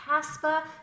CASPA